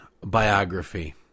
biography